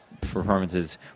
performances